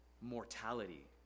mortality